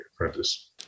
apprentice